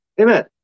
amen